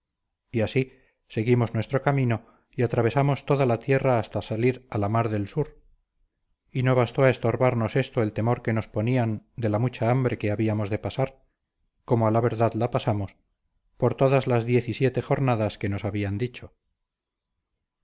y así seguimos nuestro camino y atravesamos toda la tierra hasta salir a la mar del sur y no bastó a estorbarnos esto el temor que nos ponían de la mucha hambre que habíamos de pasar como a la verdad la pasamos por todas las diez y siete jornadas que nos habían dicho